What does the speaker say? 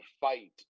Fight